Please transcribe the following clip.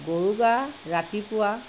গৰু গা ৰাতিপুৱা